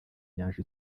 inyanja